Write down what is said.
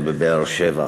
בבאר-שבע.